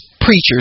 preachers